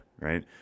right